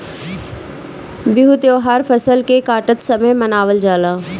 बिहू त्यौहार फसल के काटत समय मनावल जाला